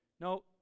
No